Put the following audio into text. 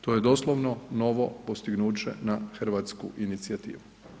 To je doslovno novo postignuće na hrvatsku inicijativu.